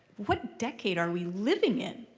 what decade are we living in?